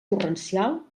torrencial